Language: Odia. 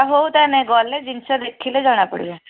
ହଉ ତାହେନେ ଗଲେ ଜିନିଷ ଦେଖିଲେ ଜଣାପଡ଼ିବ